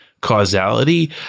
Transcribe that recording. causality